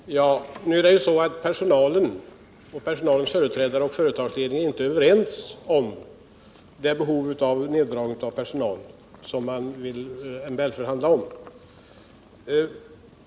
Herr talman! Nu är det ju så, att personalens företrädare och företagsledningen inte är överens om det behov av neddragning av personal som man skall MBL-förhandla om.